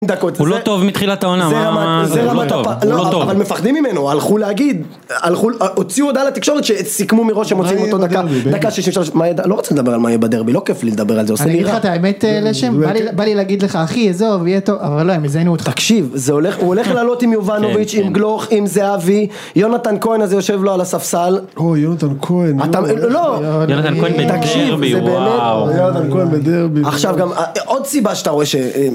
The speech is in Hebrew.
הוא לא טוב מתחילת העונה. זה רמת הפער, אבל מפחדים ממנו, הלכו להגיד, הלכו, הוציאו הודעה לתקשורת שסיכמו מראש שהם מוציאים אותו דקה, דקה 63, לא רוצה לדבר על מה יהיה בדרבי, לא כיף לי לדבר על זה, עושה לי... -אני אגיד לך את האמת לשם, בא לי להגיד לך אחי, עזוב, יהיה טוב. אבל לא, הם יזיינו אותך. -תקשיב, זה הולך, הוא הולך לעלות עם יובנוביץ', עם גלוך, עם זהבי. יונתן כהן הזה יושב לו על הספסל. -אוי, יונתן כהן. אתה, לא, תקשיב, זה באמת... יונתן כהן בדרבי, וואו. עכשיו גם, עוד סיבה שאתה רואה שהם